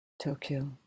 Tokyo